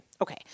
Okay